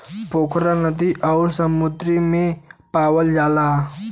पोखरा नदी अउरी समुंदर में पावल जाला